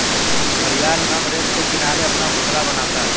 घड़ियाल नम रेत के किनारे अपना घोंसला बनाता है